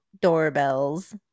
Doorbells